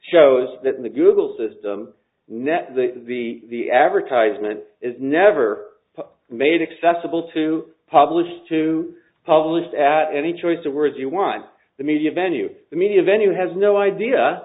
shows that in the google system net the advertisement is never made accessible to publish to published at any choice of words you want the media venue the media venue has no idea